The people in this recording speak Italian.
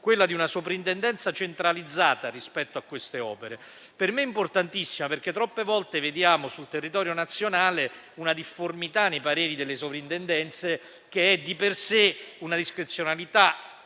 e una soprintendenza centralizzata rispetto a queste opere. Quest'ultima per me è una misura importantissima, perché troppe volte vediamo sul territorio nazionale una difformità nei pareri delle soprintendenze, che è di per sé una discrezionalità